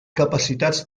capacitats